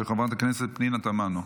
של חברת הכנסת פנינה תמנו.